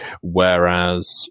Whereas